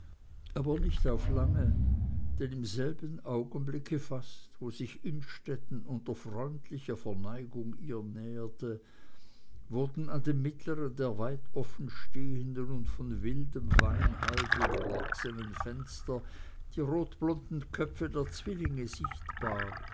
aber nicht auf lange denn im selben augenblick fast wo sich innstetten unter freundlicher verneigung ihr näherte wurden an dem mittleren der weit offenstehenden und von wildem wein halb überwachsenen fenster die rotblonden köpfe der zwillinge sichtbar